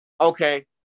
okay